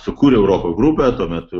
sukūriau roko grupę tuo metu